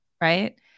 right